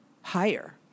higher